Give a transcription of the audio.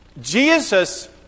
Jesus